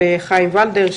של חיים ולדר,